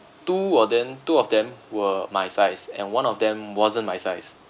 two were then two of them were my size and one of them wasn't my size